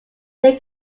they